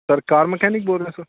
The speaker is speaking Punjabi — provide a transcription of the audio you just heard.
ਸਰ ਕਾਰ ਮਕੈਨਿਕ ਬੋਲ ਰਹੇ ਹੋ ਸਰ